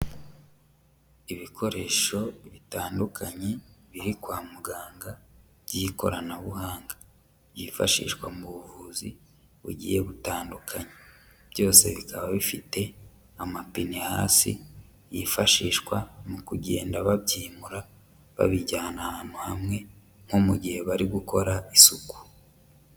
Ibikoresho bitandukanye biri kwa muganga by'ikoranabuhanga, byifashishwa mu buvuzi bugiye gutandukanye, byose bikaba bifite amapine hasi, yifashishwa mu kugenda babyimura babijyana ahantu hamwe nko mu gihe bari gukora isuku.